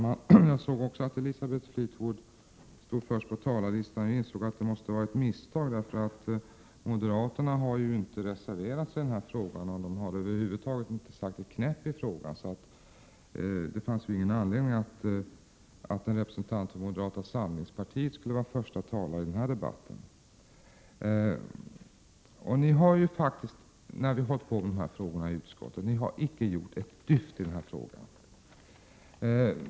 Herr talman! Jag såg också att Elisabeth Fleetwood var upptagen först på talarlistan och insåg att det måste vara ett misstag, eftersom moderaterna inte har reserverat sig och över huvud taget inte sagt ett knäpp i den här frågan. Därför fanns det ju ingen anledning till att en representant för moderata samlingspartiet skulle vara första talare i den här debatten. När vi har behandlat de här frågorna i utskottet har ni moderater inte gjort ett dyft.